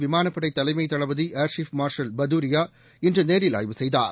விமானப்படை தலைமைத் தளபதி ஏர்சீப் மார்ஷல் பதூரியா இன்று நேரில் ஆய்வு செய்தார்